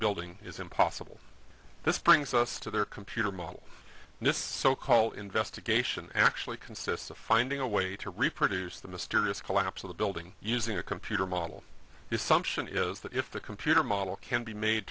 building is impossible this brings us to their computer model and this so called investigation actually consists of finding a way to reproduce the mysterious collapse of the building using a computer model is sumption is that if the computer model can be made